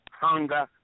hunger